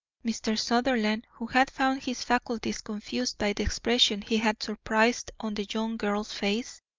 mr. sutherland, who had found his faculties confused by the expression he had surprised on the young girl's face,